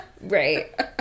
Right